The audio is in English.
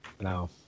No